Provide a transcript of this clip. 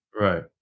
Right